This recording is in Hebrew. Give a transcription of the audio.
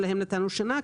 שלהם נתנו שנה.